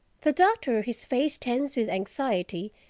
the doctor, his face tense with anxiety,